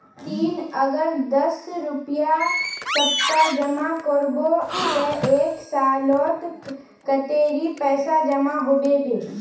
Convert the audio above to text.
ती अगर दस रुपया सप्ताह जमा करबो ते एक सालोत कतेरी पैसा जमा होबे बे?